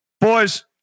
Boys